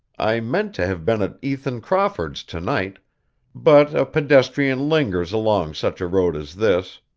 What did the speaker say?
i meant to have been at ethan crawford's tonight but a pedestrian lingers along such a road as this.